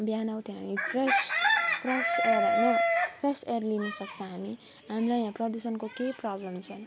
बिहान उठेर हामी फ्रेस फ्रेस एयर होइन फ्रेस एयर लिनुसक्छ हामीले हामीलाई यहाँ प्रदूषणको केही प्रब्लम छैन